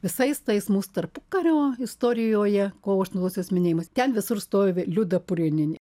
visais tais mūs tarpukario istorijoje kovo aštuntosios minėjimas ten visur stovi liuda purėnienė